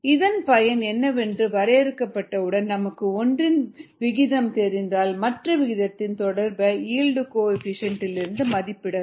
இதன் பயன் என்னவென்று வரையறுக்கப்பட்டவுடன் நமக்கு ஒன்றின் விகிதம் தெரிந்தால் மற்ற விகிதத்தை தொடர்புடைய ஈல்டு கோஎஃபீஷியேன்ட் லிருந்து மதிப்பிடலாம்